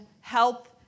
health